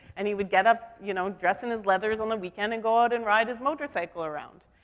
and he would get up, you know, dress in his leathers on the weekend and go out and ride his motorcycle around.